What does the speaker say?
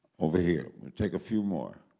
over here. we'll take a few more.